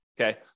Okay